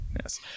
Yes